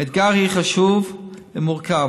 האתגר הוא חשוב ומורכב,